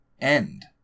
end